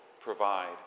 provide